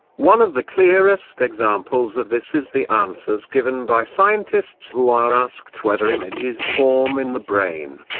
one of the clearest examples of this is the answers given by scientists who are asked whether images form in the brain.